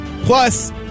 Plus